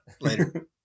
Later